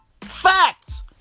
Facts